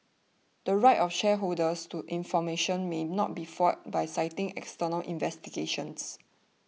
the right of shareholders to information may not be foiled by citing external investigations